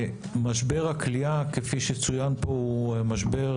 משבר הכליאה, כפי שצוין פה, הוא משבר